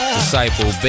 Disciple